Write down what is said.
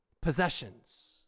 possessions